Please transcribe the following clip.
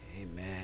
Amen